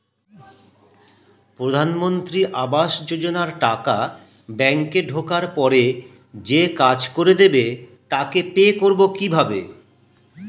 প্রধানমন্ত্রী আবাস যোজনার টাকা ব্যাংকে ঢোকার পরে যে কাজ করে দেবে তাকে পে করব কিভাবে?